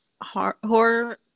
horror